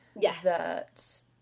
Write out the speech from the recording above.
yes